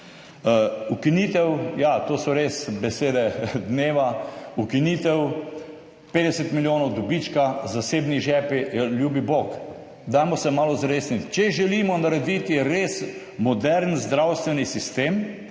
Ukinitev, ja, to so res besede dneva, ukinitev, 50 milijonov dobička, zasebni žepi. Ljubi bog, dajmo se malo zresniti. Če želimo narediti res moderen zdravstveni sistem,